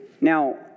Now